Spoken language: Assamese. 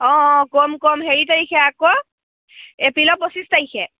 অঁ অঁ ক'ম ক'ম হেৰি তাৰিখে আকৌ এপ্ৰিলৰ পঁচিছ তাৰিখে